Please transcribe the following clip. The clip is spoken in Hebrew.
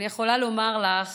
אני יכולה לומר לך